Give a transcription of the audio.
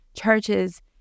churches